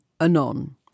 Anon